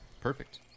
Perfect